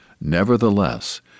Nevertheless